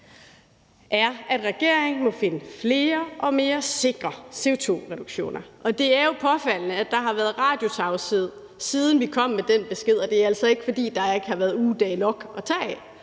er, at regeringen må finde flere og mere sikre CO2-reduktioner. Det er jo påfaldende, at der har været radiotavshed, siden vi kom med den besked, og det er altså ikke, fordi der ikke har været ugedage nok at tage af,